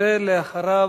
אחריו,